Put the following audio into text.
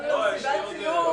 אבל במקרה הספציפי הזה,